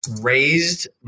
raised